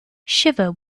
shiver